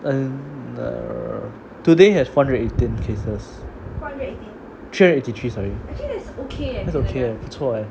and uh today has four hundred and eighteen cases three hundred and eighty three sorry that's okay leh 不错 eh